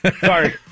Sorry